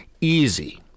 easy